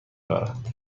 دارند